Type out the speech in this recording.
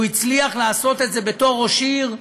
והוא הצליח לעשות את זה בתור ראש עיר,